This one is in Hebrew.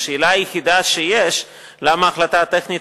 השאלה היחידה שיש היא למה ההחלטה הטכנית